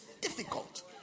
difficult